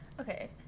Okay